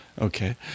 Okay